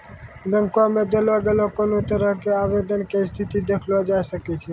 बैंको मे देलो गेलो कोनो तरहो के आवेदन के स्थिति देखलो जाय सकै छै